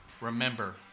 Remember